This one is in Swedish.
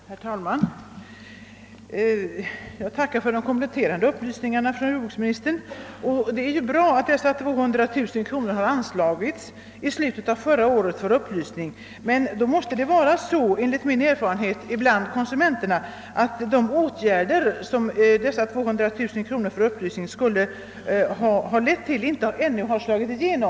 Herr talman! Jag tackar för de kompletterande: upplysningarna: från jordbruksministern. Det är bra: att dessa 200 000 kronor förra året anslogs för upplysning. Tydligen måste .det vara så, enligt vad jag har erfarit bland konsumenterna, att de åtgärder som dessa 200 000 kronor skulle ha lett till ännu inte har slagit igenom.